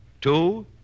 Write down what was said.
Two